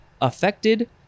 affected